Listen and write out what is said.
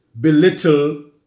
belittle